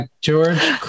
George